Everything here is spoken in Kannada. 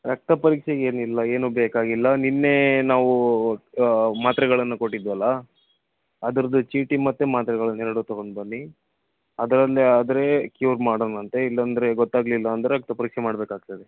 ರಕ್ತ ಪರೀಕ್ಷೆಗೆ ಏನಿಲ್ಲ ಏನು ಬೇಕಾಗಿಲ್ಲ ನಿನ್ನೆ ನಾವು ಮಾತ್ರೆಗಳನ್ನು ಕೊಟ್ಟಿದ್ದೆವಲ್ಲಾ ಅದರದ್ದು ಚೀಟಿ ಮತ್ತು ಮಾತ್ರೆಗಳನ್ನು ಎರಡು ತೊಗೊಂಡು ಬನ್ನಿ ಅದ್ರಲ್ಲೆ ಆದರೆ ಕ್ಯೂರ್ ಮಾಡೋಣಂತೆ ಇಲ್ಲ ಅಂದರೆ ಗೊತ್ತಾಗ್ಲಿಲ್ಲ ಅಂದರೆ ರಕ್ತ ಪರೀಕ್ಷೆ ಮಾಡಬೇಕಾಗ್ತದೆ